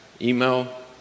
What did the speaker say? email